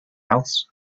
else